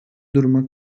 duruma